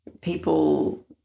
people